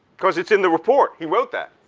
cause it's in the report. he wrote that,